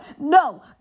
No